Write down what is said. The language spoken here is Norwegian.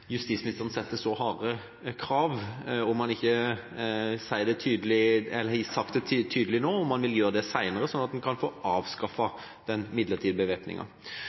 justisministeren eventuelt sette så harde krav – han har ikke sagt det så tydelig nå, men vil han gjøre det senere – at en kan få avskaffet den midlertidige bevæpninga?